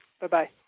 Bye-bye